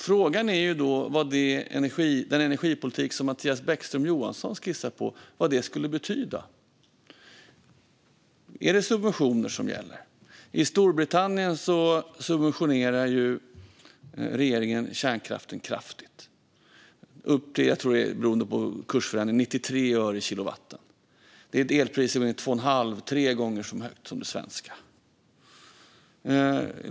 Frågan är då vad den energipolitik som Mattias Bäckström Johansson skissar på skulle betyda. Är det subventioner som gäller? I Storbritannien subventionerar ju regeringen kärnkraften kraftigt, med upp till 93 öre per kilowattimme, tror jag, beroende på kursförändringar. Elpriset är två och en halv till tre gånger så högt som det svenska.